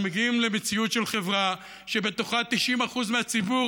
אנחנו מגיעים למציאות של חברה שבתוכה 90% מהציבור